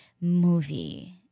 movie